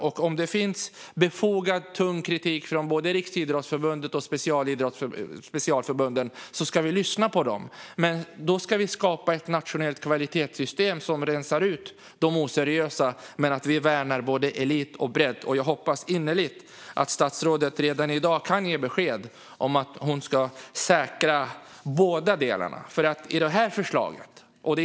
Om det finns befogad tung kritik från både Riksidrottsförbundet och specialförbunden ska vi lyssna på den, men då ska vi skapa ett nationellt kvalitetssystem som rensar ut de oseriösa men värnar både elit och bredd. Jag hoppas innerligt att statsrådet redan i dag kan ge besked om att hon ska säkra båda delarna.